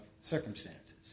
circumstances